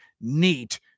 Neat